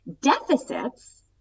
Deficits